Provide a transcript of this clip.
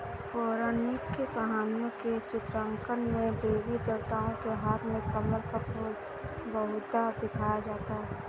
पौराणिक कहानियों के चित्रांकन में देवी देवताओं के हाथ में कमल का फूल बहुधा दिखाया जाता है